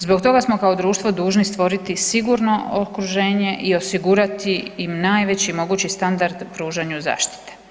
Zbog toga smo kao društvo dužni stvoriti sigurno okruženje i osigurati im najveći mogući standard u pružanju zaštite.